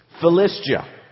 Philistia